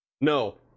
No